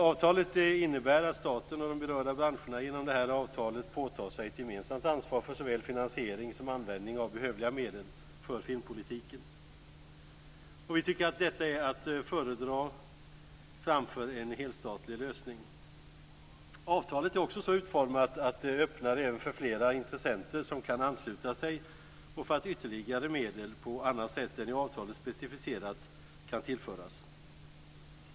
Avtalet innebär att staten och de berörda branscherna genom avtalet påtar sig ett gemensamt ansvar för såväl finansiering som användning av behövliga medel för filmpolitiken. Vi tycker att detta är att föredra framför en helstatlig lösning. Avtalet är också så utformat att det öppnar även för fler intressenter som kan ansluta sig och för att ytterligare medel på annat sätt än i avtalet specificerat kan tillföras.